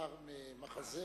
ומדובר מהמחזה